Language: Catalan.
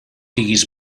diguis